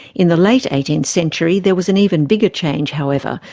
in the late eighteenth century, there was an even bigger change however,